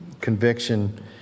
conviction